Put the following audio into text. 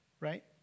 right